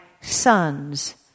sons